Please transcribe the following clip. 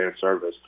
service